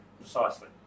precisely